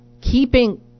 Keeping